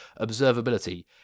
observability